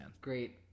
Great